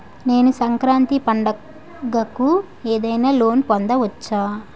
నేను సంక్రాంతి పండగ కు ఏదైనా లోన్ పొందవచ్చా?